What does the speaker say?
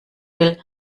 will